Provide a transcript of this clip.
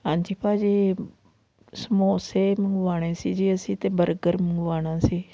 ਹਾਂਜੀ ਭਾਅ ਜੀ ਸਮੋਸੇ ਮੰਗਵਾਉਣੇ ਸੀ ਜੀ ਅਸੀਂ ਅਤੇ ਬਰਗਰ ਮੰਗਵਾਉਣਾ ਸੀ